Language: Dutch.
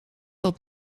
dat